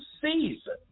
season